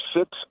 six